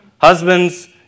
Husbands